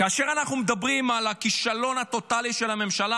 כאשר אנחנו מדברים על הכישלון הטוטלי של הממשלה,